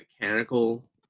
mechanical